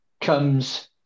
comes